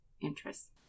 interests